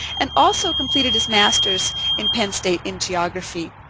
and also completed his master's in penn state in geography.